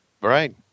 Right